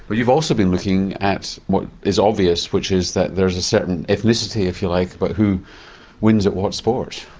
but you've also been looking at what is obvious which is that there's a certain ethnicity if you like about but who wins at what sport.